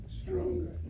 stronger